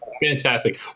fantastic